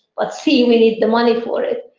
but c, we need the money for it.